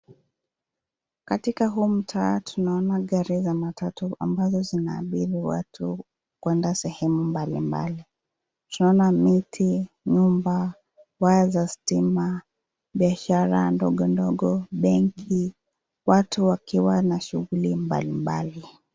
Katika huu mtaa tunaona gari na matatu ambazo zinaabiri watu kwenda sehemu mbalimbali. Tunaona miti, nyumba, waya za stima, biashara ndogo ndogo, benki, watu wakiwa na shughuli mbalimbali.